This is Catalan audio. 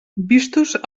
vistos